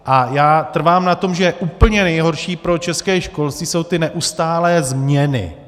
A já trvám na tom, že úplně nejhorší pro české školství jsou ty neustálé změny.